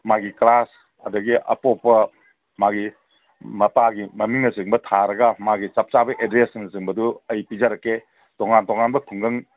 ꯃꯥꯒꯤ ꯀꯥꯁ ꯑꯗꯒꯤ ꯑꯄꯣꯛꯄ ꯃꯥꯒꯤ ꯃꯄꯥꯒꯤ ꯃꯃꯤꯡꯅꯆꯤꯡꯕ ꯊꯥꯔꯒ ꯃꯥꯒꯤ ꯆꯞꯆꯥꯕ ꯑꯦꯗ꯭ꯔꯦꯁꯅꯆꯤꯡꯕꯗꯨ ꯑꯩ ꯄꯤꯖꯔꯛꯀꯦ ꯇꯣꯉꯥꯟ ꯇꯣꯉꯥꯟꯕ ꯈꯨꯡꯒꯪ